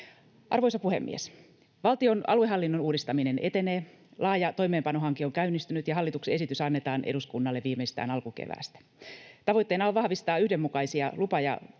Arvoisa puhemies! Valtion aluehallinnon uudistaminen etenee, laaja toimeenpanohanke on käynnistynyt ja hallituksen esitys annetaan eduskunnalle viimeistään alkukeväästä. Tavoitteena on vahvistaa yhdenmukaisia lupa- ja